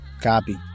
Copy